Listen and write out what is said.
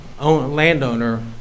landowner